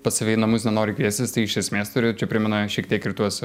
pats save į namus nenori kviestis tai iš esmės turi čia primena šiek tiek ir tuos